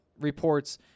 reports